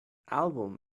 album